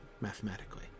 mathematically